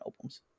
albums